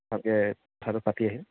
ভালকৈ কথাটো পাতি আহিম